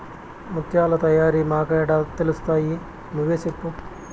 ముత్యాల తయారీ మాకేడ తెలుస్తయి నువ్వే సెప్పు